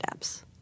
apps